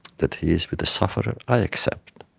that he is with the sufferer, i accept.